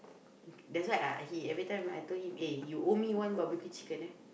that's why I I he every time I tell him eh you owe me one barbecue chicken eh